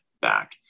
back